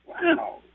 wow